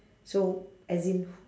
so as in wh~